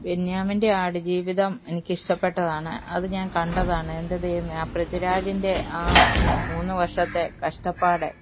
ബെന്യാമിൻ്റെ ആടുജീവിതം എനിക്കിഷ്ടപ്പെട്ടതാണ് അത് ഞാൻ കണ്ടതാണ് എൻ്റെ ദൈവമേ ആ പ്രിത്വിരാജിൻ്റെ ആ മൂന്നുവർഷത്തെ കഷ്ടപ്പാട്